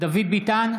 דוד ביטן,